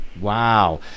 Wow